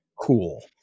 Cool